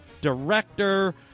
director